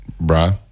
Brian